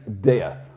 death